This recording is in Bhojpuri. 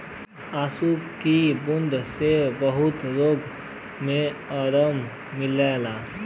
ओस की बूँदो से बहुत रोग मे आराम मिलेला